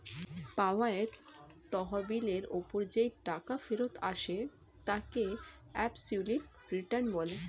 পাওয়া তহবিলের ওপর যেই টাকা ফেরত আসে তাকে অ্যাবসোলিউট রিটার্ন বলে